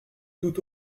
tout